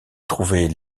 trouvaient